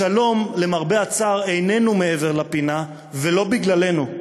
השלום, למרבה הצער, איננו מעבר לפינה, ולא בגללנו.